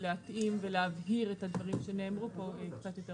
להתאים ולהבהיר את הדברים שנאמרו פה קצת יותר